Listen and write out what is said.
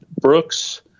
Brooks